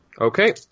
Okay